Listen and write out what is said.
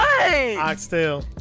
oxtail